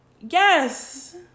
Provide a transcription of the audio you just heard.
Yes